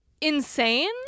insane